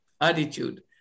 attitude